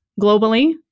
globally